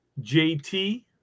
JT